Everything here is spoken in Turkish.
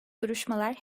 duruşmalar